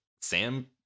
Sam